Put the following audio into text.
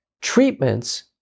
Treatments